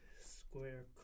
square